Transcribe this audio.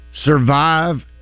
survive